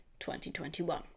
2021